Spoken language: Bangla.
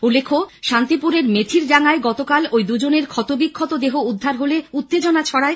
উল্লেখ্য শান্তিপুর থানার মেথিরডাঙ্গায় গতকাল ওই দুজনের ক্ষতবিক্ষত দেহ উদ্ধার হলে উত্তেজনা ছড়ায়